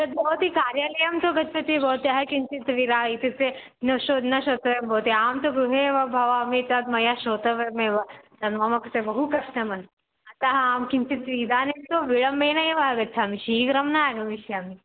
तद् भवती कार्यालयं तु गच्छति भवत्याः किञ्चित् विरामः इत्युक्ते न श्रो न श्रोतव्यं भवति अहं तु गृहे एव भवामि तद् मया श्रोतव्यमेव तद् मम कृते बहु कष्टमस्ति अतः अहं किञ्चित् इदानीं तु विलम्बेन एव आगच्छामि शीघ्रं न आगमिष्यामि